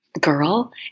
girl